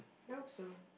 I hope so